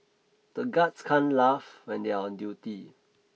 the guards can't laugh when they are on duty